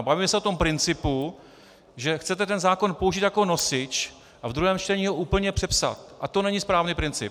Bavíme se o tom principu, že chcete ten zákon použít jako nosič a v druhém čtení ho úplně přepsat, a to není správný princip.